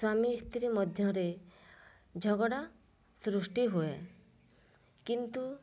ସ୍ୱାମୀ ସ୍ତ୍ରୀ ମଧ୍ୟରେ ଝଗଡ଼ା ସୃଷ୍ଟି ହୁଏ କିନ୍ତୁ